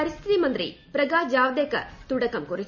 പരിസ്ഥിതിമന്ത്രി പ്രകാശ് ജാവ്ദേക്കർ തുടക്കം കുറിച്ചു